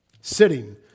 Sitting